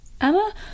Emma